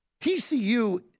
TCU